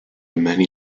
many